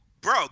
Bro